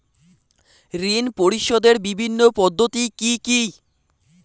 ঋণ পরিশোধের বিভিন্ন পদ্ধতি কি কি?